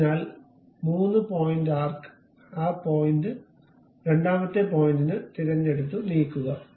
അതിനാൽ 3 point arc ആ point രണ്ടാമത്തെ പോയിന്റ് തിരഞ്ഞെടുത്ത് നീക്കുക